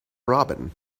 robin